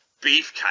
beefcake